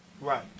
right